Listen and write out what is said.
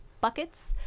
buckets